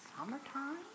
summertime